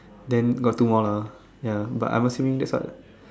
then got two more lah ya but I am assuming that part